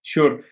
Sure